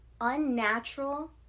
unnatural